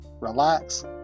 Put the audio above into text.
relax